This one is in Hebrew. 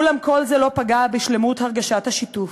אולם כל זה לא פגע בשלמות הרגשת השיתוף.